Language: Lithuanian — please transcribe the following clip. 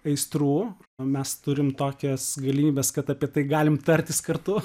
aistrų o mes turim tokias galimybes kad apie tai galim tartis kartu